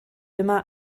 immer